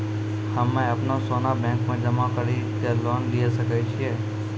हम्मय अपनो सोना बैंक मे जमा कड़ी के लोन लिये सकय छियै?